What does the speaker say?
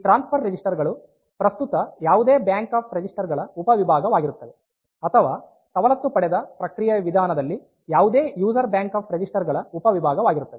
ಈ transfer register ಗಳು ಪ್ರಸ್ತುತ ಯಾವುದೇ ಬ್ಯಾಂಕ್ ಆಫ್ ರೆಜಿಸ್ಟರ್ ಗಳ ಉಪವಿಭಾಗವಾಗಿರುತ್ತವೆ ಅಥವಾ ಸವಲತ್ತು ಪಡೆದ ಪ್ರಕ್ರಿಯೆಯ ವಿಧಾನದಲ್ಲಿ ಯಾವುದೇ ಯೂಸರ್ ಬ್ಯಾಂಕ್ ಆಫ್ ರೆಜಿಸ್ಟರ್ ಗಳ ಉಪವಿಭಾಗವಾಗಿರುತ್ತವೆ